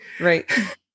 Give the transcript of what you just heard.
Right